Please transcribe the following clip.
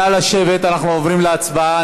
נא לשבת, אנחנו עוברים להצבעה.